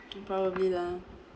probably lah